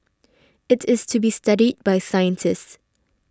it is to be studied by scientists